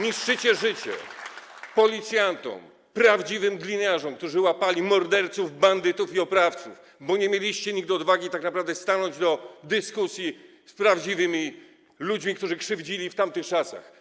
Niszczycie życie policjantom, prawdziwym gliniarzom, którzy łapali morderców, bandytów i oprawców, bo nie mieliście nigdy odwagi tak naprawdę stanąć do dyskusji z ludźmi, którzy krzywdzili w tamtych czasach.